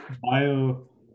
Bio